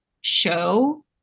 show